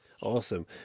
awesome